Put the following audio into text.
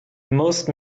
most